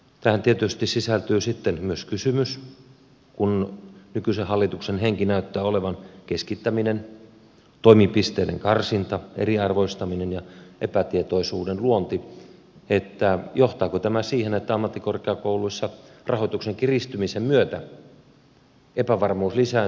tähän tietysti sisältyy sitten myös kysymys kun nykyisen hallituksen henki näyttää olevan keskittäminen toimipisteiden karsinta eriarvoistaminen ja epätietoisuuden luonti johtaako tämä siihen että ammattikorkeakouluissa rahoituksen kiristymisen myötä epävarmuus lisääntyy